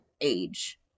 age